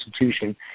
institution